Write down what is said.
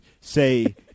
say